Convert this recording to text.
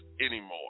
anymore